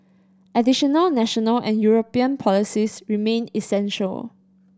additional national and European policies remain essential